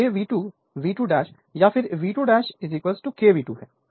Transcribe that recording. तो K V2 V2 या फिर V2 K V2 है